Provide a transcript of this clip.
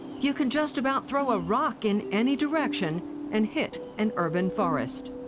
you could just about throw a rock in any direction and hit an urban forest.